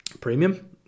premium